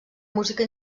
música